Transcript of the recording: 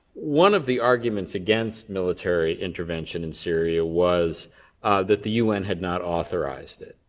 one of the arguments against military intervention in syria was that the un had not authorized it.